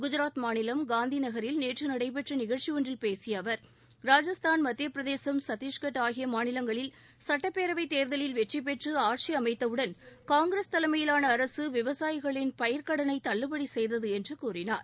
குஜராத் மாநிலம் காந்திநகரில் நேற்று நடைபெற்ற நிகழ்ச்சி ஒன்றில் பேசிய அவர் ராஜஸ்தான் மத்தியபிரதேசம் சத்தீஷ்கட் ஆகிய மாநிலங்களில் சட்டப்பேரவைத் தேர்தலில் வெற்றிபெற்று ஆட்சி அமைத்தவுடன் காங்கிரஸ் தலைமையிலான அரசு விவசாயிகளின் பயிர்க்கடனை தள்ளுபடி செய்தது என்று கூறினார்